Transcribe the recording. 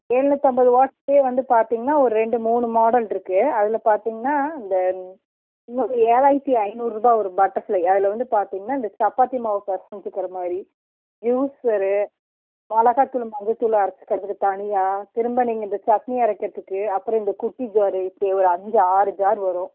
ஏழ்நூற்றம்பது வாட்ஸே வந்த பார்த்திங்கனா ஒரு ரெண்டு மூணு மாடல் இருக்கு அதில் பார்த்திங்கனா இந்த இன்னொரு ஏழாயிரத்து ஐந்நூறுரூபா வரும் பட்டர்ஃப்ளை அதில் வந்து பார்த்திங்கனா இந்த சப்பாத்தி மாவு பிசஞ்சுக்கிறமாதிரி ஜூஸரு மிளகாத்தூள் மஞ்சத்தூள் அரைச்சிக்கிறதுக்கு தனியாக திரும்ப நீங்கள் இந்த சட்னி அரைக்கிறதுக்கு அப்புறம் இந்த குட்டி ஜாரு இப்போ இவ்வளோ அஞ்சு ஆறு ஜாரு வரும்